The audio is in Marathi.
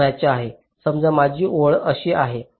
समजा माझी ओळ अशी आहे